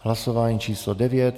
Hlasování číslo 9.